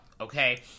okay